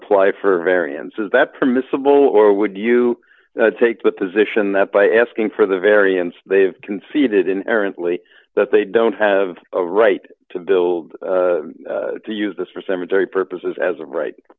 apply for variances that permissible or would you take the position that by asking for the variance they have conceded in errantly that they don't have a right to build to use this for cemetery purposes as a right